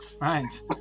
Right